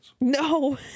No